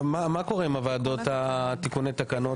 מה קורה עם תיקוני תקנון?